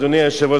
אדוני היושב-ראש,